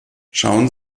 schauen